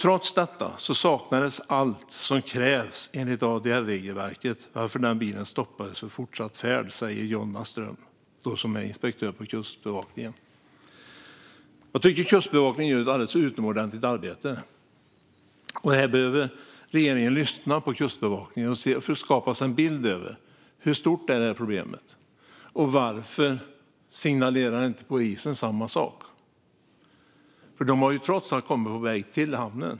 "Trots detta saknades allt som krävs enligt ADR-regelverket varför den bilen stoppades för fortsatt färd." Jag tycker att Kustbevakningen gör ett alldeles utomordentligt arbete. Regeringen behöver lyssna på Kustbevakningen och skapa sig en bild av hur stort problemet är och varför polisen inte signalerar samma sak. Transporterna har ju trots allt kommit på väg till hamnen.